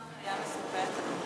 מה המספר שהיה מספק?